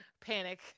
Panic